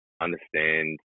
understand